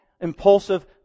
impulsive